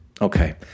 Okay